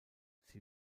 sie